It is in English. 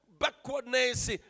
backwardness